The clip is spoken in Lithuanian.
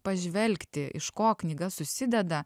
pažvelgti iš ko knyga susideda